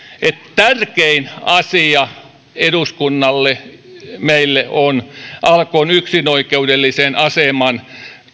tärkein asia eduskunnalle meille on alkon yksinoikeudellisen aseman